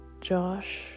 Josh